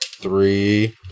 three